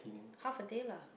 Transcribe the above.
half a day lah